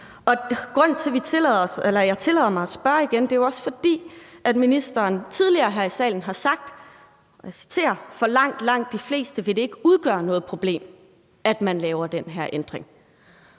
Grunden til, at jeg tillader mig at spørge igen, er, at ministeren tidligere her i salen har sagt, og jeg citerer: For langt, langt de fleste vil det ikke udgøre noget problem, at man laver den her ændring.